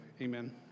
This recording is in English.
Amen